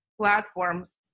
platforms